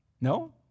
No